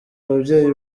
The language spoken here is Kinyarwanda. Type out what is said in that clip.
ababyeyi